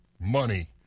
money